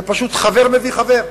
זה פשוט חבר מביא חבר.